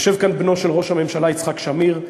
יושב כאן בנו של ראש הממשלה יצחק שמיר,